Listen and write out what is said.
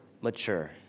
mature